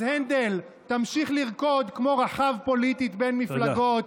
אז הנדל, תמשיך לרקוד כמו רחב פוליטית בין מפלגות.